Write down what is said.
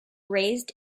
raised